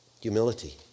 Humility